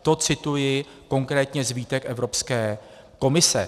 To cituji konkrétně z výtek Evropské komise.